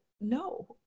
no